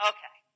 Okay